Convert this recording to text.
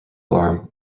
alarm